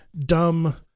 dumb